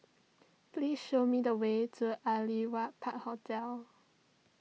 please show me the way to Aliwal Park Hotel